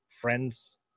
friends